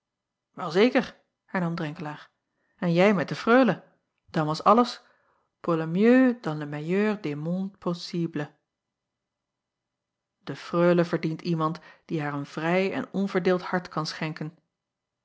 el zeker hernam renkelaer en jij met de reule dan was alles pour le mieux dans le meilleur des mondes possibles acob van ennep laasje evenster delen e reule verdient iemand die haar een vrij en onverdeeld hart kan schenken